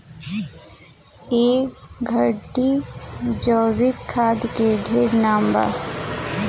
ए घड़ी जैविक खाद के ढेरे नाम बा